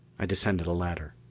i descended a ladder.